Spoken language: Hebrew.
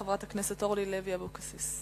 חברת הכנסת אורלי לוי אבקסיס.